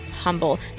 humble